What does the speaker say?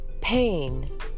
pain